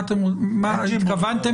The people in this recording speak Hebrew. מה התכוונתם?